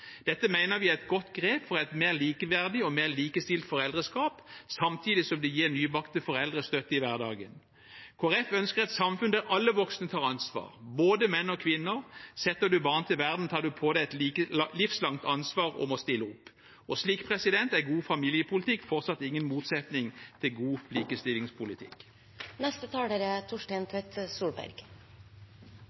Dette mener vi er et godt grep for et mer likeverdig og mer likestilt foreldreskap, samtidig som det gir nybakte foreldre støtte i hverdagen. Kristelig Folkeparti ønsker et samfunn der alle voksne tar ansvar, både menn og kvinner. Setter man barn til verden, tar man på seg et livslangt ansvar for å stille opp. Og slik er god familiepolitikk fortsatt ingen motsetning til god likestillingspolitikk. Høyreregjeringa prater gjerne om like muligheter for alle, men er